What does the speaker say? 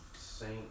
saint